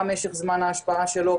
מה משך זמן ההשפעה שלו,